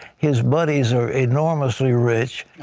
his buddies are enormously rich,